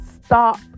stop